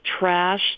trashed